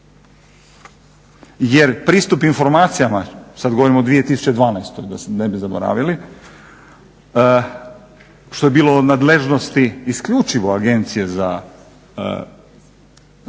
jer pristup informacijama, sad govorim o 2012. da ne bi zaboravili što je bilo u nadležnosti isključivo Agencije za zaštitu